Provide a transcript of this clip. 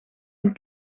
een